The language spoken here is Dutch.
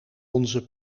onze